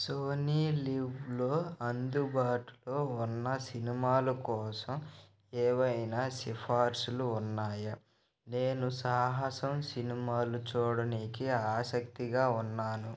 Sony లివ్లో అందుబాటులో ఉన్న సినిమాల కోసం ఏవైనా సిఫార్సులు ఉన్నాయా నేను సాహసం సినిమాలు చూడడానికి ఆసక్తిగా ఉన్నాను